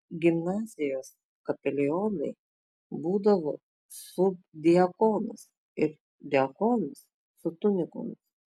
gimnazijos kapelionai būdavo subdiakonas ir diakonas su tunikomis